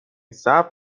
صبر